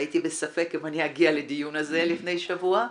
הייתי בספק אם אני אגיע לדיון הזה לפני שבוע,